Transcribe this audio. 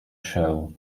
show